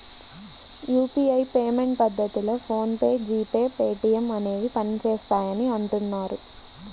UPI payment పద్ధతిలో PhonePe, G Pay, Paytm అనేవి పనిచేస్తాయని అంటున్నారు